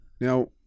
Now